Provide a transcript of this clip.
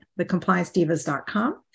thecompliancedivas.com